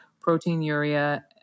proteinuria